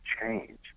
change